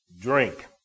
drink